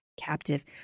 captive